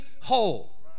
whole